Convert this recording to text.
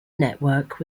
network